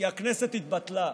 כי הכנסת התבטלה,